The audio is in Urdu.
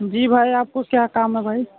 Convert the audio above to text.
جی بھائی آپ کو کیا کام ہے بھائی